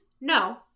No